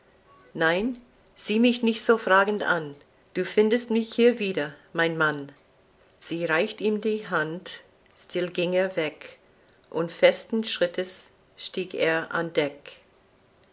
nein sieh mich nicht so fragend an du findest mich hier wieder mein mann sie reicht ihm die hand still ging er weg und festen schrittes stieg er an deck